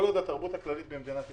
כל עוד התרבות הכללית במדינת ישראל,